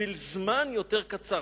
בשביל זמן יותר קצר.